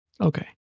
Okay